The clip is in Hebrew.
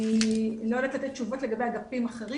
אני לא יודעת לתת תשובות לגבי אגפים אחרים